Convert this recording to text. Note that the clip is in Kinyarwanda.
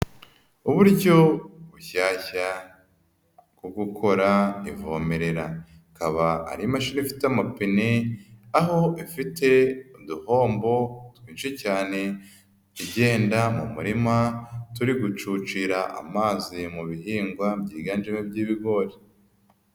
Uburyo bushyashya bwo gukora ivomerera, akaba ari imashini ifite amapine aho ifite uduhombo twinshi cyane igenda mu murima turi gucucira amazi mu bihingwa byiganjemo iby'ibigori.